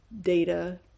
data